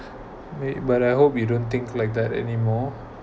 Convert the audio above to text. wait but I hope you don't think like that anymore